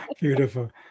Beautiful